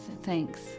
thanks